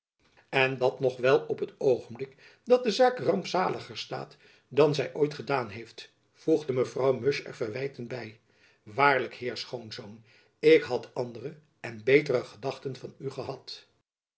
en dat nog wel op het oogenblik dat de zaak rampzaliger staat dan zy ooit gedaan heeft voegde mevrouw musch er verwijtend by waarlijk heer schoonzoon ik had andere en betere gedachten van u gehad